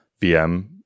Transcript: VM